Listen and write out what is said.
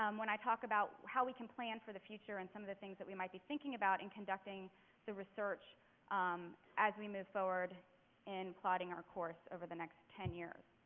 um when i talk about how we can plan for the future and some of the things that we might be thinking about in conducting research um as we move forward in plotting our course over the next ten years.